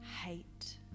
hate